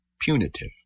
punitive